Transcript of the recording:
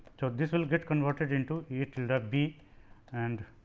so, this will get converted into e tilde ah b and